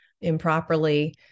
improperly